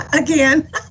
again